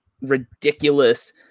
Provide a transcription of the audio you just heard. ridiculous